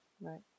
Right